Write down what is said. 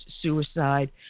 suicide